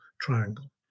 triangle